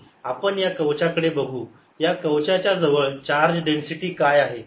आपण या कवचा कडे बघू या कवचाच्या जवळ चार्ज डेन्सिटी काय आहे